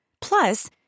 Plus